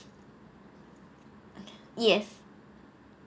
yes